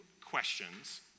questions